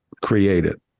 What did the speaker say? created